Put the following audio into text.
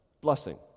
Blessing